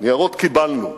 ניירות קיבלנו.